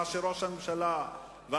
מה שראש הממשלה מחליט,